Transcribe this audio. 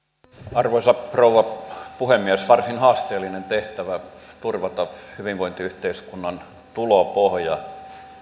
arvoisa rouva puhemies varsin haasteellinen tehtävä turvata hyvinvointiyhteiskunnan tulopohja